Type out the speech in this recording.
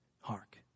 Hark